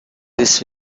this